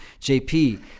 JP